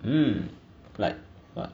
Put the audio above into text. mm like what